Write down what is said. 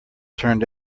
turned